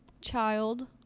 child